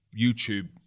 YouTube